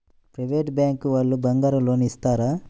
Private bank వాళ్ళు బంగారం loan ఇస్తారా?